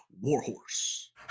warhorse